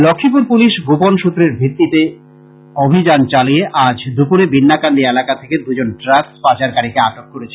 Lakshmipur police গোপন সূত্রের খবরের ভিত্তিতে অভিযান চালিয়ে আজ দুপুরে বিন্নাকান্দি এলাকা থেকে দু জন ড্রাগস পাচারকারীকে আটক করেছে